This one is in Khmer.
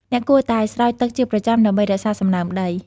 អ្នកគួរតែស្រោចទឹកជាប្រចាំ ដើម្បីរក្សាសំណើមដី។